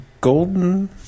golden